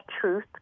Truth